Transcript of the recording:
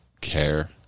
care